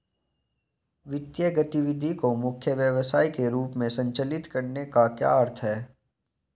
वित्तीय गतिविधि को मुख्य व्यवसाय के रूप में संचालित करने का क्या अर्थ है?